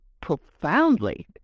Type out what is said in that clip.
profoundly